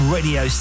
Radio